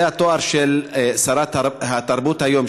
זה התואר של שרת התרבות היום,